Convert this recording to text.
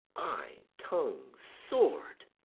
eye, tongue, sword,